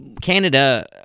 Canada